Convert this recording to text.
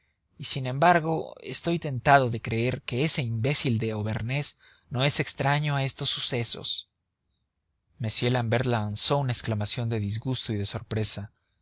y sin embargo tentado estoy de creer que ese imbécil de auvernés no es extraño a estos sucesos m l'ambert lanzó una exclamación de disgusto y de sorpresa